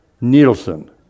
Nielsen